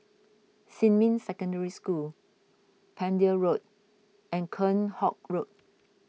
Xinmin Secondary School Pender Road and Kheam Hock Road